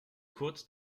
kurz